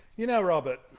you know robert